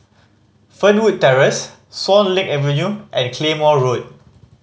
Fernwood Terrace Swan Lake Avenue and Claymore Road